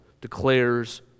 declares